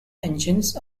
engines